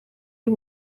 y’u